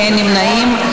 אין נמנעים.